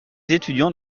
étudiants